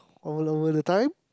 all over the time